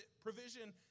provision